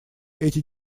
эти